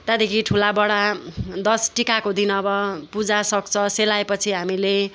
त्यहाँदेखि ठुलाबडा दसैँ टिकाको दिन पूजा सक्छ सेलाए पछि हामीले